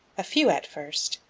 a few at first,